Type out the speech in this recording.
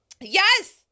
Yes